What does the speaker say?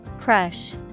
Crush